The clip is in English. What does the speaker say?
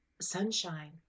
sunshine